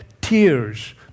tears